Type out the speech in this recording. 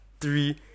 three